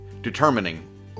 determining